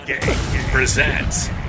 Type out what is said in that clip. presents